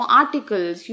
articles